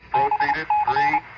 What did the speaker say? i